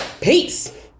Peace